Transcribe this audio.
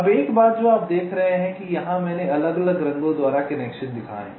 अब एक बात जो आप देख रहे हैं कि यहाँ मैंने अलग अलग रंगों द्वारा कनेक्शन दिखाए हैं